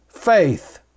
faith